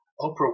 Oprah